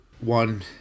one